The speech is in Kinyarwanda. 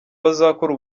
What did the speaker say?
bazakora